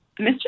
Mr